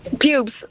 Pubes